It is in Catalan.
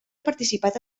participat